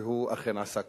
והוא אכן עשה כך.